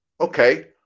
Okay